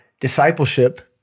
Discipleship